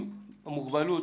אם המוגבלות